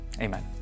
Amen